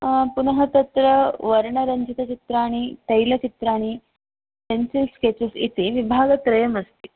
पुनः तत्र वर्णरञ्जितचित्राणि तैलचित्राणि पेन्सिल् स्केचस् इति विभागत्रयम् अस्ति